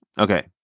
Okay